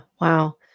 Wow